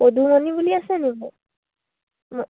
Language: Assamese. পদুমণি বুলি আছে